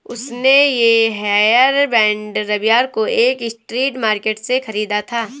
उसने ये हेयरबैंड रविवार को एक स्ट्रीट मार्केट से खरीदा था